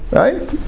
right